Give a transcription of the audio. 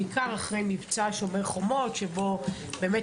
בעיקר אחרי מבצע "שומר חומות" שבו באמת